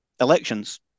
elections